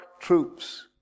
troops